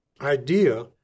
idea